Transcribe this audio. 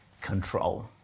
control